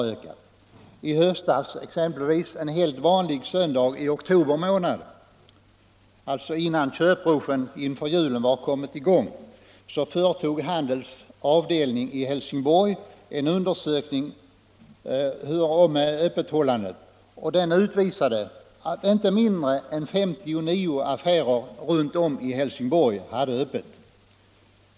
Handelsanställdas förbunds avdelning i Helsingborg företog i höstas en undersökning av öppethållandet. Den visade att en helt vanlig söndag i oktober månad, alltså innan köprushen inför julen hade kommit i gång, hade inte mindre än 59 affärer runt om i Helsingborg öppet.